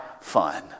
fun